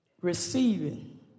receiving